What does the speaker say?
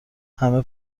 همه